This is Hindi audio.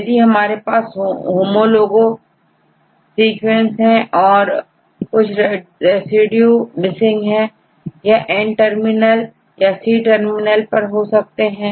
यदि हमारे पास होमो लोग सीक्वेंस और कुछ रेसिड्यू मिसिंग है यह N टर्मिनल या सी टर्मिनल पर हो सकते हैं